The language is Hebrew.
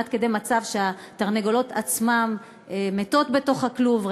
עד כדי מצב שהתרנגולות מתות בתוך הכלוב עצמו,